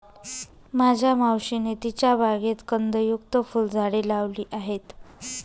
माझ्या मावशीने तिच्या बागेत कंदयुक्त फुलझाडे लावली आहेत